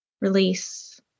release